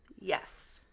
Yes